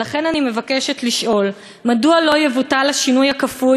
ולכן אני מבקשת לשאול: מדוע לא יבוטל השינוי הכפוי